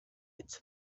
hits